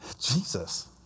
Jesus